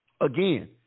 again